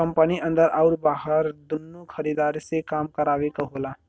company अन्दर आउर बाहर दुन्नो खरीदार से काम करावे क होला